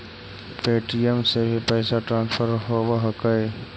Paytm से भी पैसा ट्रांसफर होवहकै?